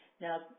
Now